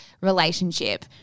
relationship